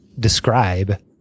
describe